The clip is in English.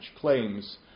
claims